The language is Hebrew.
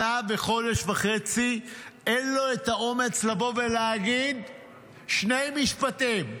שנה וחודש וחצי אין לו את האומץ לבוא ולהגיד שני משפטים,